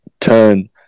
turn